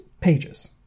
pages